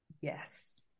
Yes